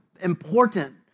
Important